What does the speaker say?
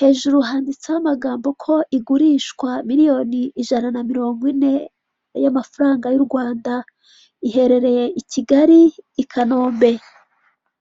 hejuru handitseho amagambo ko igurishwa miliyoni ijana na mirongo ine y'amafaranga y'u Rwanda iherereye i Kigali i Kanombe.